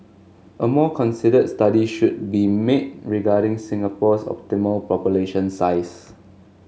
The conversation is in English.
a more considered study should be made regarding Singapore's optimal population size